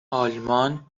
آلمان